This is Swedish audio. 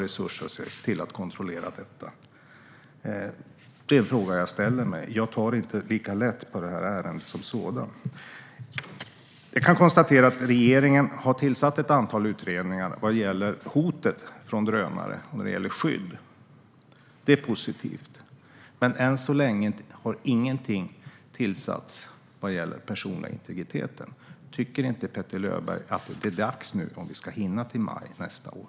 Jag tar inte lika lätt på detta ärende. Regeringen har tillsatt ett antal utredningar om hotet från drönare vad gäller skydd. Det är positivt. Men än så länge har ingen utredning tillsatts avseende den personliga integriteten. Tycker inte Petter Löberg att det är dags nu om vi ska hinna till maj nästa år?